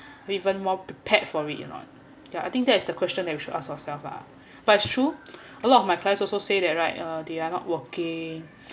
even more prepared for it or not ya I think that's the question there you should ask ourselves lah but it's true a lot of my clients also say that right uh they're not working